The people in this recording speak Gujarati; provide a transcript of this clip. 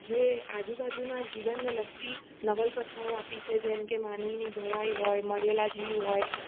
જે આજુબાજુનાં જીવનને લગતી નવલકથાઓ આપી છે જેમ કે માનવીની ભવાઈ હોય મળેલા જીવ હોય